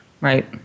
Right